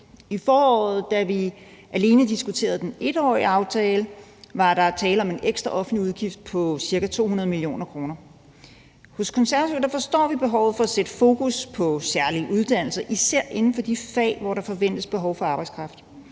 I foråret, da vi alene diskuterede den 1-årige aftale, var der tale om en ekstra offentlig udgift på ca. 200 mio. kr. Hos Konservative forstår vi behovet for at sætte fokus på særlig uddannelse især inden for de fag, hvor der forventes behov for arbejdskraft,